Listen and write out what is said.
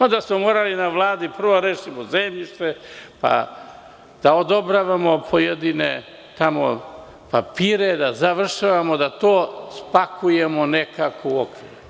Onda smo morali na Vladi prvo da rešimo zemljište, pa da odobravamo pojedine papire, da završavamo, da to spakujemo nekako u okvir.